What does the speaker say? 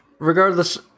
Regardless